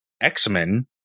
x-men